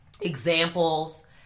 examples